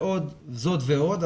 זאת ועוד,